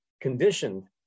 conditioned